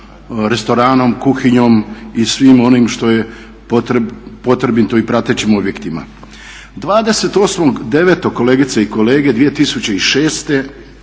restoranom, kuhinjom i svim onim što je potrebno i pratećim objektima. 28.9.2006. kolegice i kolege